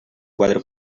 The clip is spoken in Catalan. quatre